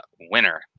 winner